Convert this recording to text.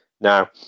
now